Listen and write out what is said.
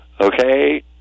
Okay